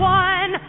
one